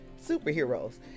superheroes